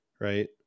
Right